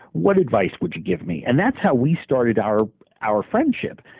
what advice would you give me? and that's how we started our our friendship.